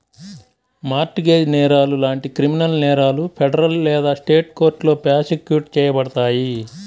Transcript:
mart gauge నేరాలు లాంటి criminal నేరాలు ఫెడరల్ లేదా స్టేట్ కోర్టులో ప్రాసిక్యూట్ చేయబడతాయి